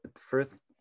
first